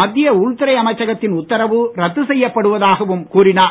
மத்திய உள்துறை அமைச்சகத்தின் உத்தரவு ரத்து செய்யப்படுவதாகவும் கூறினார்